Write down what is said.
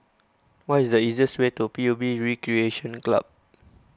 what is the easiest way to P U B Recreation Club